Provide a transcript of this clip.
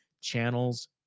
channels